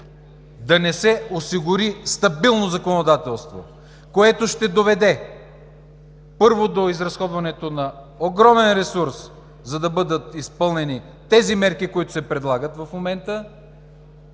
да не се осигури стабилно законодателство, което ще доведе, първо, до изразходването на огромен ресурс, за да бъдат изпълнени тези мерки, които се предлагат в момента